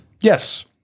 yes